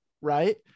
right